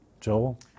Joel